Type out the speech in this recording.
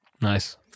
Nice